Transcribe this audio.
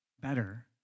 better